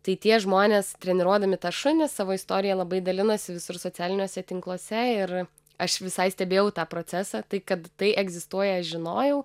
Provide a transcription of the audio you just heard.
tai tie žmonės treniruodami tą šunį savo istorija labai dalinosi visur socialiniuose tinkluose ir aš visai stebėjau tą procesą taip kad tai egzistuoja žinojau